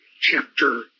chapter